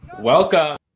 Welcome